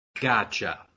Gotcha